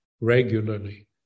regularly